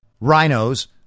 rhinos